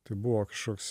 tai buvo kažkoks